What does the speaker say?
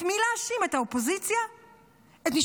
את מי להאשים, את האופוזיציה?